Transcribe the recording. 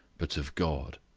but of god.